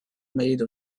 made